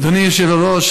אדוני היושב-ראש,